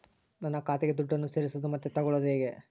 ನನ್ನ ಖಾತೆಗೆ ದುಡ್ಡನ್ನು ಸೇರಿಸೋದು ಮತ್ತೆ ತಗೊಳ್ಳೋದು ಹೇಗೆ?